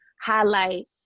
highlight